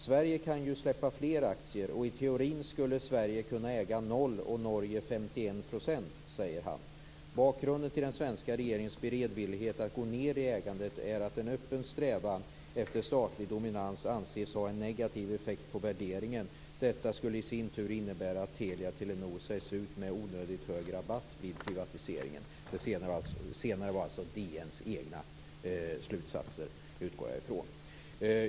Sverige kan ju släppa till fler aktier, och i teorin skulle Sverige kunna äga 0 och Norge 51 procent, säger han. Bakgrunden till den svenska regeringens beredvillighet att gå ned i ägande är att en öppen strävan efter statlig dominans anses ha en negativ effekt på värderingen. Detta skulle i sin tur innebära att Telia Telenor säljs ut med onödigt hög rabatt vid privatiseringen." Det senare utgår jag från är DN:s egna slutsatser.